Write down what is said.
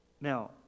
Now